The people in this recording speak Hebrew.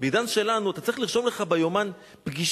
בעידן שלנו אתה צריך לרשום לך ביומן פגישה,